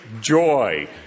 joy